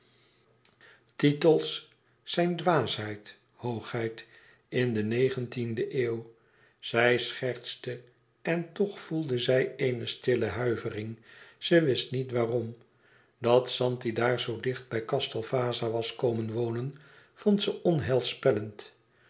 titels zijn dwaasheid hoogheid in de negentiende eeuw zij schertste en toch voelde zij eene stille huivering ze wist niet waarom dat zanti daar zoo dicht bij castel vaza was komen wonen vond ze